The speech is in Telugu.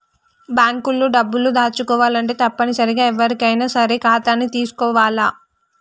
బాంక్ లో డబ్బులు దాచుకోవాలంటే తప్పనిసరిగా ఎవ్వరైనా సరే ఖాతాని తీసుకోవాల్ల